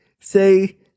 say